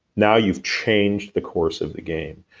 now you've changed the course of the game.